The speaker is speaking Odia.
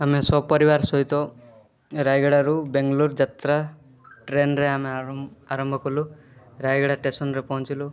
ଆମେ ସପରିବାର ସହିତ ରାୟଗଡ଼ାରୁ ବାଙ୍ଗଲୋର ଯାତ୍ରା ଟ୍ରେନ୍ରେ ଆମେ ଆରମ୍ଭ କଲୁ ରାୟଗଡ଼ା ଷ୍ଟେସନ୍ରେ ପହଞ୍ଚିଲୁ